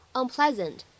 unpleasant